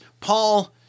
Paul